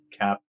cap